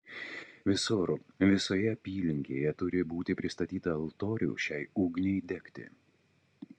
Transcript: visur visoje apylinkėje turi būti pristatyta altorių šiai ugniai degti